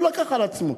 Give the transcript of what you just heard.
הוא לקח על עצמו.